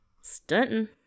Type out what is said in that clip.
Stunting